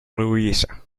louisa